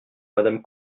madame